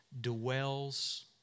dwells